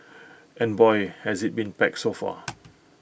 and boy has IT been packed so far